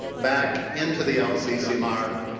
back into the lccmr.